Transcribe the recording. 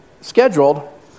scheduled